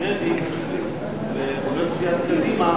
קרדיט לחבר סיעת קדימה,